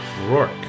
Rourke